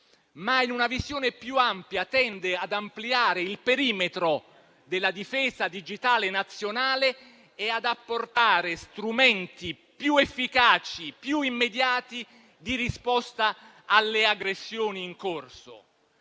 ma in una visione più ampia tende ad ampliare il perimetro della Difesa digitale nazionale e ad apportare strumenti più efficaci, più immediati di risposta alle aggressioni in corso.